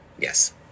Yes